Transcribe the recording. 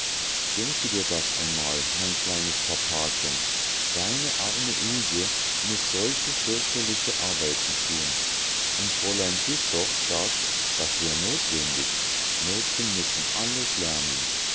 denke dir das einmal mein kleines papachen deine arme ilse muß solche fürchterliche arbeiten thun und fräulein güssow sagt das wär notwendig mädchen müssen alles lernen